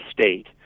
state